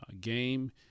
game